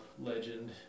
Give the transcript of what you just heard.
legend